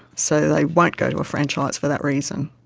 so they won't go to a franchise for that reason.